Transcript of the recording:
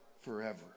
forever